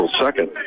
second